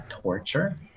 torture